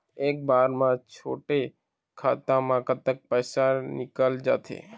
एक बार म छोटे खाता म कतक पैसा निकल जाथे?